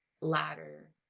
ladder